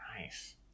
Nice